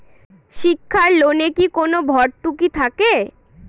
শিক্ষার লোনে কি কোনো ভরতুকি থাকে?